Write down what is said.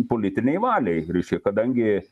politinei valiai reiškia kadangi